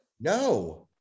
no